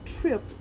trip